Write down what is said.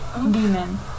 demon